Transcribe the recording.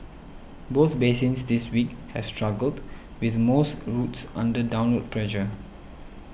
both basins this week have struggled with most routes under downward pressure